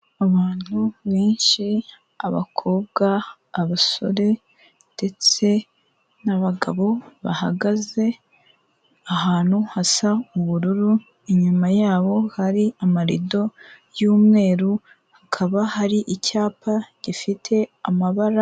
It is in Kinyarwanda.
Abantu benshi abakobwa, abasore ndetse n'abagabo bahagaze ahantu hasa ubururu, inyuma yabo hari amarido y'umweru, hakaba hari icyapa gifite amabara.